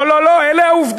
לא, לא, לא, אלה העובדות.